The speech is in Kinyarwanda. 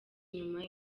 inyuma